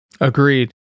Agreed